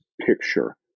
picture